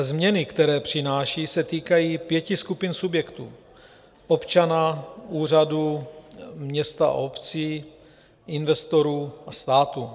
Změny, které přináší, se týkají pěti skupin subjektů: občana, úřadů, měst a obcí, investorů a státu.